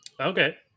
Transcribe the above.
Okay